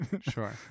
Sure